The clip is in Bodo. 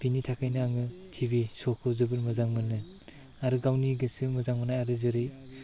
बिनि थाखायनो आङो टिभि श'खौ जोबोर मोजां मोनो आरो गावनि गोसो मोजां मोन्नाय आरो जेरै